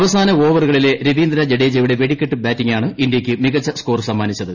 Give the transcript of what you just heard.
അവസാന് ഓവറുകളിലെ രവീന്ദ്ര ജഡേജയുടെ വ്വെടിക്കെട്ട് ബാറ്റിംഗാണ് ഇന്ത്യയ്ക്ക് മികച്ച സ്കോർസമ്മാനിച്ചത്